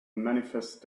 manifest